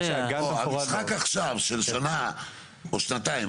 המשחק עכשיו של שנה או שנתיים,